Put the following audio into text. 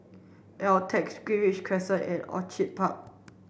Altez Greenridge Crescent and Orchid Park